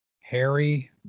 Harry